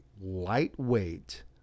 lightweight